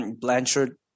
Blanchard